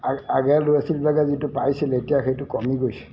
আগে ল'ৰা ছোৱালীবিলাকে যিটো পাইছিলে এতিয়া সেইটো কমি গৈছে